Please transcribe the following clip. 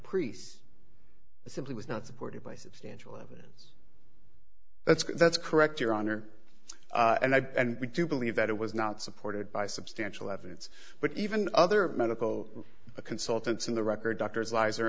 priest simply was not supported by substantial evidence that's that's correct your honor and i and we do believe that it was not supported by substantial evidence but even other medical consultants and the record doctors lizer